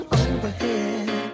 overhead